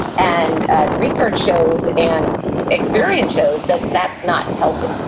and the research shows, and experience shows, that that's not healthy.